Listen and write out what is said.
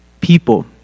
people